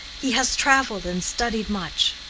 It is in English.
he has traveled and studied much.